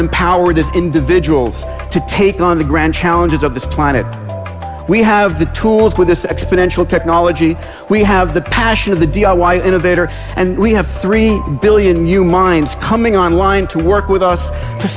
empowered just individuals to take on the grand challenges of this planet we have the tools with this exponential technology we have the passion of the d i y innovator and we have three billion new minds coming on line to work with us to